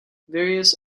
various